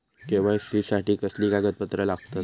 KYC साठी कसली कागदपत्र लागतत?